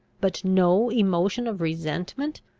but no emotion of resentment?